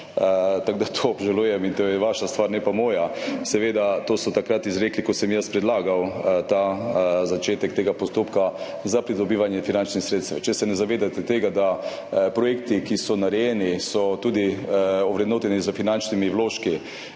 vaš? To obžalujem in to je vaša stvar, ne pa moja. Seveda, to so izrekli, takrat ko sem jaz predlagal začetek tega postopka za pridobivanje finančnih sredstev. Če se ne zavedate tega, da so projekti, ki so narejeni, tudi ovrednoteni s finančnimi vložki,